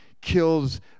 kills